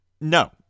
No